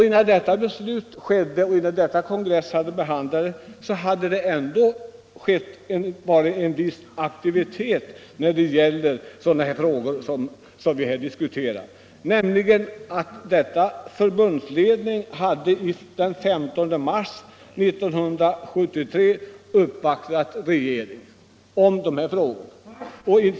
Innan kongressen fattade detta beslut hade det också varit en viss aktivitet i de frågor som vi här diskuterar. Förbundsledningen uppvaktade den 15 mars 1973 regeringen i saken.